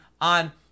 on